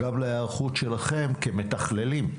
גם להיערכות שלכם כמתכללים,